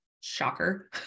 shocker